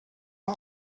der